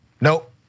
nope